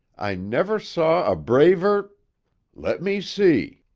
i never saw a braver let me see.